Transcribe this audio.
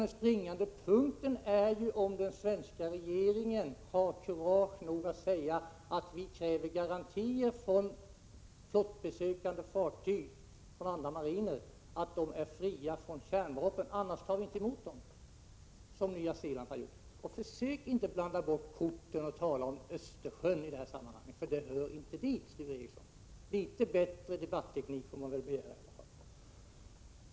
Den springande punkten är om den svenska regeringen har kurage nog att säga att vi kräver garantier för att flottbesökande fartyg från andra mariner är fria från kärnvapen. Annars tar vi inte emot dem. Så har Nya Zeeland gjort. Försök inte blanda bort korten med att tala om Östersjön i detta sammanhang, det hör inte hit, Sture Ericson. Litet bättre debatteknik får man väl begära i alla fall.